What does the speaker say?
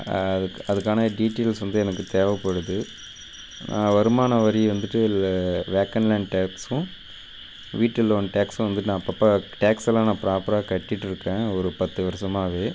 அதுக்கு அதுக்கான டீட்டெயில்ஸ் வந்து எனக்குத் தேவைப்படுது வருமான வரி வந்துவிட்டு வேக்கண்ட் லேண்ட் டேக்ஸும் வீட்டு லோன் டேக்ஸும் வந்துவிட்டு நான் அப்பப்போ டேக்ஸ் எல்லாம் நான் ப்ராப்பராக கட்டிட்டுருக்கேன் ஒரு பத்து வருஷமாவே